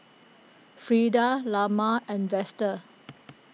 Frida Lamar and Vester